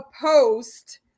post